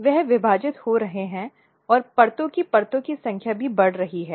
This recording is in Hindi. वे विभाजित हो रहे हैं और परतों की परतों की संख्या भी बढ़ गई है